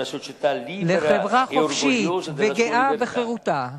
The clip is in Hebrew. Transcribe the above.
לחברה חופשית וגאה בחירותה,